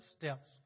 steps